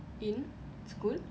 in school